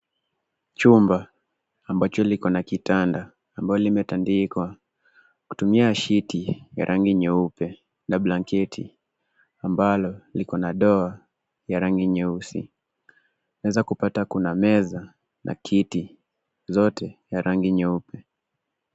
Chumba ambacho liko na kitanda ambalo limetandikwa kutumia shiti ya rangi nyeupe na blanketi ambalo liko na doa ya rangi nyeusi. Tunaeza kupata kuna meza na kiti, zote ya rangi nyeupe.